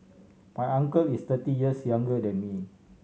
my uncle is thirty years younger than me